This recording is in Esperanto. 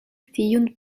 tiun